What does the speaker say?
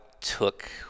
took